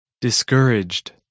Discouraged